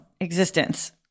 existence